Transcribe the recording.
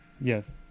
yes